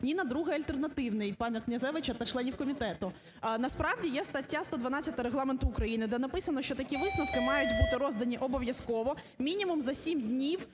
ні на другий альтернативний пана Князевича та членів комітету. Насправді, є стаття 112 Регламенту України, де написано, що такі висновки мають бути роздані обов'язково, мінімум за 7 днів